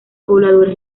pobladores